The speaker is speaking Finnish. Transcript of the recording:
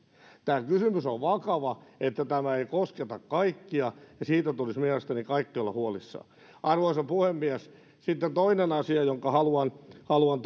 tämä kysymys on vakava että tämä ei kosketa kaikkia ja siitä tulisi mielestäni kaikkien olla huolissaan arvoisa puhemies sitten toinen asia jonka haluan haluan